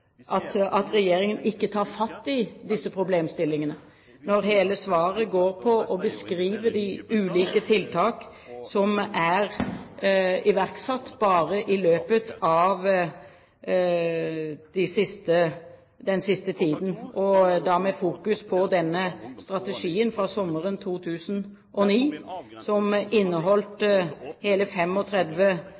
går på å beskrive de ulike tiltak som er iverksatt bare i løpet av den siste tiden, med fokus på denne felles strategien fra sommeren 2009, pluss den kriminalitetsforebyggende handlingsplanen Gode krefter, som